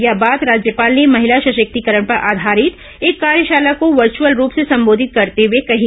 यह बात राज्यपाल ने महिला सशक्तिकरण पर आधारित एक कार्यशाला को वर्चुअल रूप से संबोधित करते हुए कही